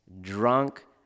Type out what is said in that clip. drunk